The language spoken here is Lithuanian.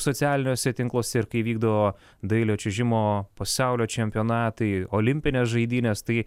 socialiniuose tinkluose ir kai vykdavo dailio čiuožimo pasaulio čempionatai olimpinės žaidynės tai